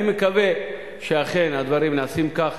אני מקווה שאכן הדברים נעשים כך.